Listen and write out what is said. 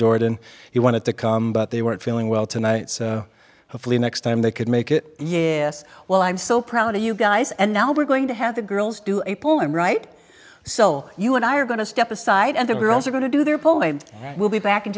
jordan he wanted to come but they weren't feeling well tonight so hopefully next time they could make it yes well i'm so proud of you guys and now we're going to have the girls do a poem right so you and i are going to step aside and the girls are going to do their poll and we'll be back